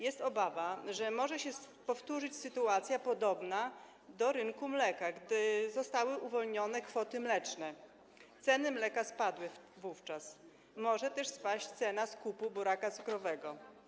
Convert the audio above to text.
Jest obawa, że może się powtórzyć sytuacja podobna do sytuacji na rynku mleka, gdy zostały uwolnione kwoty mleczne - ceny mleka spadły wówczas - może też spaść cena skupu buraka cukrowego.